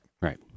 Right